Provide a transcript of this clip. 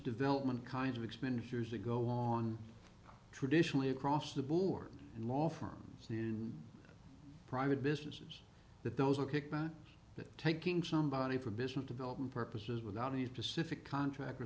development kind of expenditures that go along traditionally across the board and law firms private businesses that those are taking somebody for business development purposes without any specific contractor